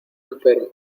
enfermo